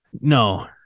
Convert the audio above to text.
No